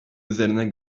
üzerine